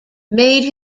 made